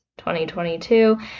2022